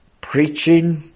preaching